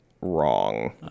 wrong